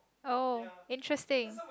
oh interesting